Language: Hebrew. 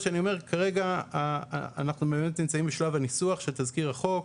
כרגע אנחנו באמת נמצאים בשלב הניסוח של תזכיר החוק.